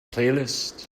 playlist